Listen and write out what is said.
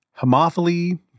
Homophily